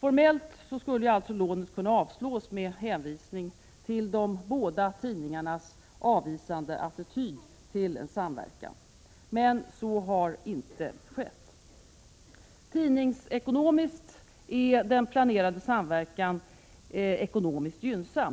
Formellt skulle alltså lånen kunna avslås med hänvisning till de båda tidningarnas avvisande attityd till en samverkan, men så har inte skett. Tidningsekonomiskt är den planerade samverkan gynnsam.